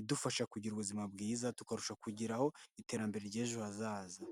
idufasha kugira ubuzima bwiza tukarusha kugiraho iterambere ry'ejo hazaza.